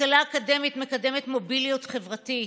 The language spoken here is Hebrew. השכלה אקדמית מקדמת מוביליות חברתית.